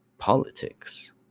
politics